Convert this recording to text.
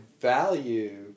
value